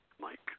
Mike